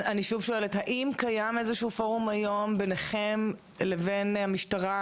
האם קיים איזשהו פורום היום ביניכם לבין המשטרה,